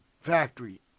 factory